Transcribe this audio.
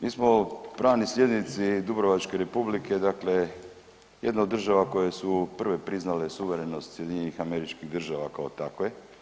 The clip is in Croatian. Mi smo pravni slijednici Dubrovačke Republike dakle jedna od država koje su prve priznale suverenost SAD-a kao takve.